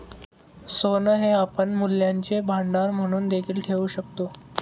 सोने हे आपण मूल्यांचे भांडार म्हणून देखील ठेवू शकतो